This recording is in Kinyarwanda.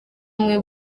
amwe